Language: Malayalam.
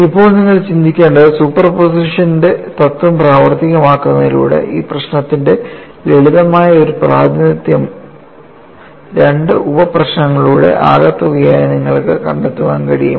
ഇപ്പോൾ നിങ്ങൾ ചിന്തിക്കേണ്ടത് സൂപ്പർപോസിഷന്റെ തത്ത്വം പ്രാവർത്തികമാക്കുന്നതിലൂടെ ഈ പ്രശ്നത്തിന്റെ ലളിതമായ ഒരു പ്രാതിനിധ്യം രണ്ട് ഉപ പ്രശ്നങ്ങളുടെ ആകെത്തുകയായി നിങ്ങൾക്ക് കണ്ടെത്താൻ കഴിയുമോ